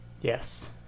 Yes